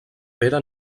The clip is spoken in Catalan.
pere